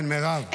כן, מירב.